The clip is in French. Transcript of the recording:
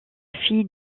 fille